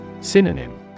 Synonym